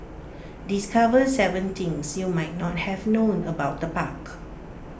discover Seven things you might not have known about the park